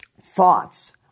thoughts